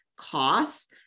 costs